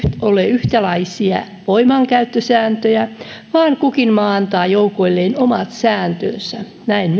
ole yhtäläisiä voimankäyttösääntöjä vaan kukin maa antaa joukoilleen omat sääntönsä näin